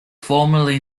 formerly